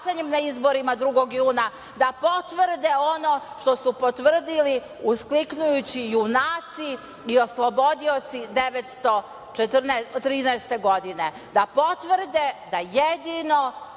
na izborima 2. juna da potvrde ono što su potvrdili uskliknujući „junaci i oslobodioci 1913. godine“, da potvrde da jedino